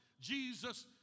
Jesus